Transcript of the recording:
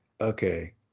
okay